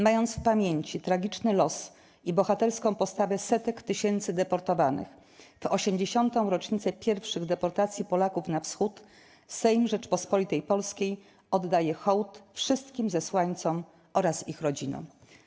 Mając w pamięci tragiczny los i bohaterską postawę setek tysięcy deportowanych, w 80. rocznicę pierwszych deportacji Polaków na Wschód Sejm Rzeczypospolitej Polskiej oddaje hołd wszystkim zesłańcom oraz ich rodzinom”